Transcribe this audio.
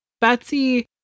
Betsy